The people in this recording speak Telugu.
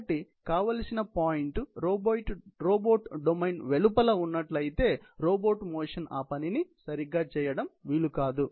కాబట్టి కావలిసిన పాయింట్ రోబోట్ డొమైన్ వెలుపల ఉన్నట్లయితే రోబోట్ మోషన్ ఆ పనిని సరిగ్గా చేయడం వీలు కాదు